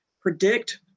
predict